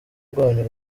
rwanyu